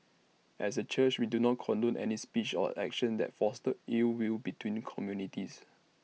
as A church we do not condone any speech or actions that foster ill will between communities